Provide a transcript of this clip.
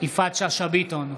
יפעת שאשא ביטון,